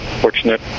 fortunate